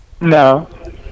No